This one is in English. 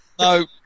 No